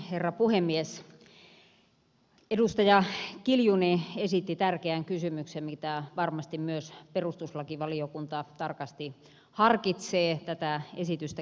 edustaja kiljunen esitti tärkeän kysymyksen mitä varmasti myös perustuslakivaliokunta tarkasti harkitsee tätä esitystä käsitellessään